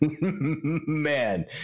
Man